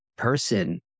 person